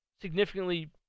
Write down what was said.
significantly